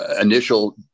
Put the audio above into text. initial